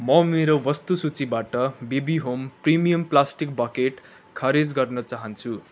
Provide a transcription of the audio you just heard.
म मेरो वस्तु सुचीबाट BB home premium plastic bucket खारेज गर्न चाहन्छु